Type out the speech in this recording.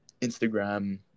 Instagram